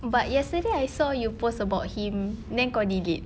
but yesterday I saw you post about him then kau delete